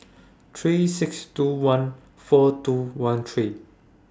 three six two one four two one three